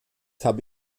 habe